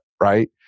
right